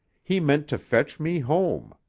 he meant to fetch me home.